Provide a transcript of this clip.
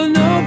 no